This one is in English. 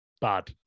Bad